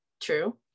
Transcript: true